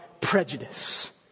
prejudice